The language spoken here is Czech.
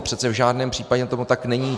Přece v žádném případě tomu tak není.